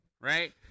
Right